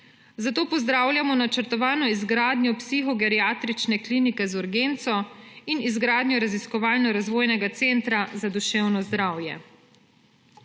Zato pozdravljamo načrtovano izgradnjo psihogeriatrične klinike z urgenco in izgradnjo raziskovalno-razvojnega centra za duševno zdravje.